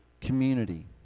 community